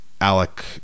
Alec